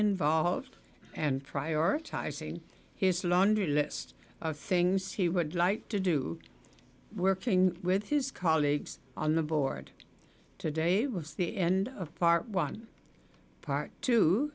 involved and prioritizing his laundry list of things he would like to do working with his colleagues on the board today was the end of part one part two